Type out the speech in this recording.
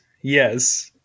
yes